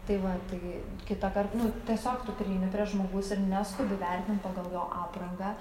tai va taigi kitąkart nu tiesiog tu prieini prie žmogaus ir neskubi vertint pagal jo aprangą